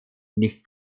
nicht